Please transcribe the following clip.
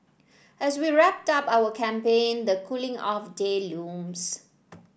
as we wrap up our campaign the cooling off day looms